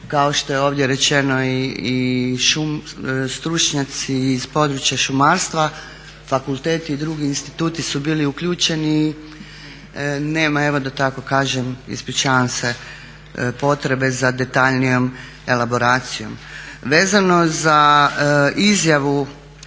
kao što je ovdje rečeno i stručnjaci iz područja šumarstva, fakulteti i drugi instituti su bili uključeni, nema evo da tako kažem ispričavam se, potrebe za detaljnijom elaboracijom. Vezano za izjavu